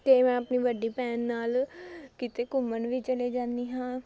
ਅਤੇ ਮੈਂ ਆਪਣੀ ਵੱਡੀ ਭੈਣ ਨਾਲ਼ ਕਿਤੇ ਘੁੰਮਣ ਵੀ ਚਲੇ ਜਾਦੀ ਹਾਂ